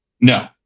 No